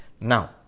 Now